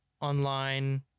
online